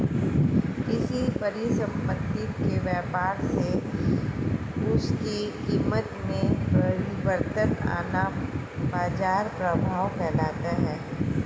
किसी परिसंपत्ति के व्यापार से उसकी कीमत में परिवर्तन आना बाजार प्रभाव कहलाता है